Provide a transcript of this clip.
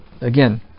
Again